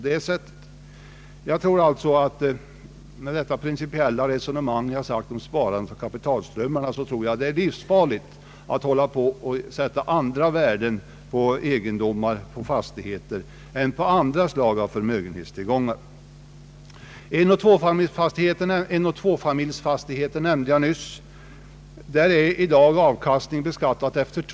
Mot bakgrunden av detta principiella resonemang om sparandet och kapitalströmmarna tror jag att det är livsfarligt att sätta andra värden på egendomar än på andra slag av förmögenhetstillgångar. Enoch tvåfamiljsfastigheterna nämnde jag nyss. Där är i dag avkastningen, som beskattas, beräknad till 2 procent. Om jag lägger till något på grund av att reparationer etc.